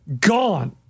Gone